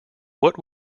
what